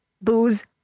booze